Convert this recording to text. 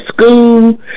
school